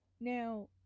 Now